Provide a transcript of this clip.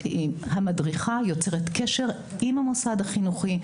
המדריכה יוצרת קשר עם המוסד החינוכי,